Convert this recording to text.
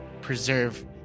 preserve